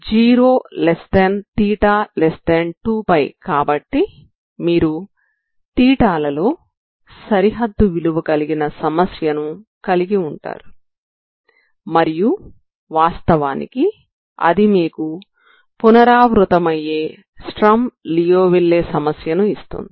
0θ2π కాబట్టి మీరు లలో సరిహద్దు విలువ కలిగిన సమస్యను కలిగి ఉంటారు మరియు వాస్తవానికి అది మీకు పునరావృతమయ్యే స్టర్మ్ లియోవిల్లే సమస్యను ఇస్తుంది